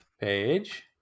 Page